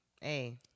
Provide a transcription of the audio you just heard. Hey